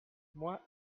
moi